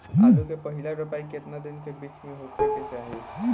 आलू क पहिला रोपाई केतना दिन के बिच में होखे के चाही?